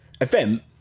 event